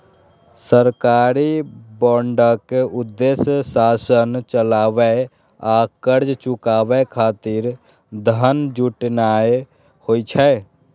सरकारी बांडक उद्देश्य शासन चलाबै आ कर्ज चुकाबै खातिर धन जुटेनाय होइ छै